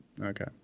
Okay